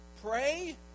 Pray